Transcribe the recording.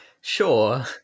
Sure